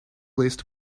list